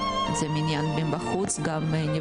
עומד, בקומה השנייה פועלת עמותה למען נפגעי